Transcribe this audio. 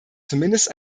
zumindest